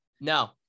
No